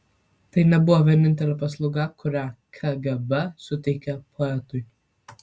tai nebuvo vienintelė paslauga kurią kgb suteikė poetui